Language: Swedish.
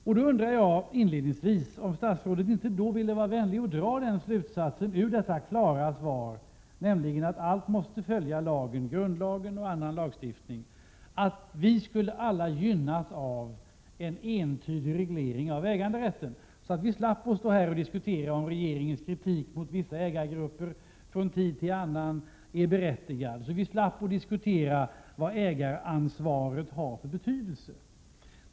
Jag undrar då till att börja med om statsrådet inte skulle vilja vara vänlig och dra slutsatsen av detta klara svar, nämligen att allt måste följa lagen och att vi alla skulle gynnas av en entydig reglering av äganderätten. Vi skulle då slippa stå här och diskutera om regeringens kritik mot vissa ägargrupper från tid till annan är berättigad och vi skulle slippa diskutera vilken betydelse ägaransvaret har.